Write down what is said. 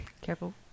Careful